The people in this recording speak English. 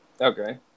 okay